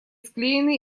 склеены